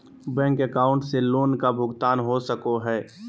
Bank account से loan का भुगतान हो सको हई?